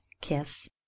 kiss